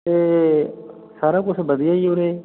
ਅਤੇ ਸਾਰਾ ਕੁਛ ਵਧੀਆ ਜੀ ਉਰੇ